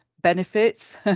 benefits